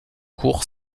cour